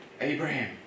Abraham